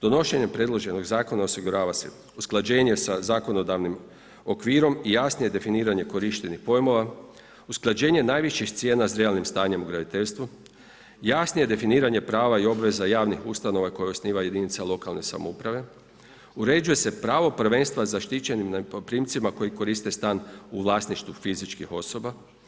Donošenje predloženog zakona osigurava se usklađenje sa zakonodavnim okvirom i jasnije definiranje korištenih pojmova, usklađenje najviših cijena s realnim stanjem u graditeljstvu, jasnije definiranje prava i obveza javnih ustanova koje osniva jedinica lokalne samouprave, uređuje se pravo prvenstva zaštićenim najmoprimcima koji koriste stan u vlasništvu fizičkih osoba.